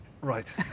right